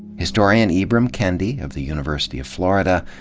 historian ibram kendi of the university of florida,